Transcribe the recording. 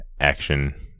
action